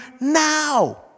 now